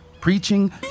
preaching